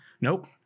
Nope